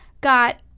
got